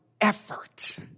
effort